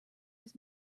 his